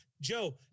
Joe